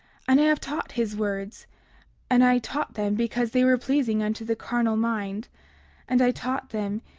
and i have taught his words and i taught them because they were pleasing unto the carnal mind and i taught them,